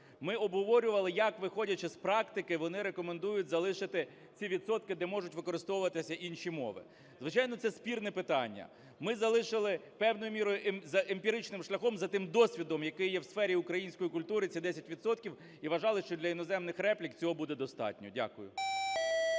Ми обговорювали як, виходячи з практики, вони рекомендують залишити ці відсотки, де можуть використовуватись інші мови. Звичайно, це спірне питання. Ми залишили певною мірою за емпіричним шляхом, за тим досвідом, який є у сфері української культури, це – 10 відсотків, і вважали, що для іноземних реплік цього буде достатньо. Дякую.